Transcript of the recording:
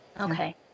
Okay